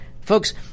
Folks